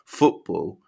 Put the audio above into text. football